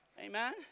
Amen